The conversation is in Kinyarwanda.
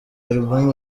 album